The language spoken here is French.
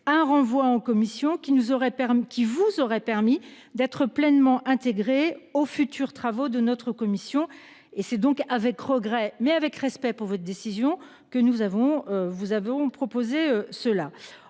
aurait permis qui vous aurait permis d'être pleinement intégrés aux futurs travaux de notre commission et c'est donc avec regret mais avec respect pour votre décision que nous avons vous avons